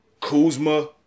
Kuzma